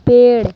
पेड़